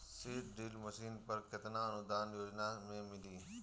Seed drill machine पर केतना अनुदान योजना में मिली?